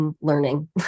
learning